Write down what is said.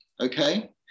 okay